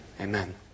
amen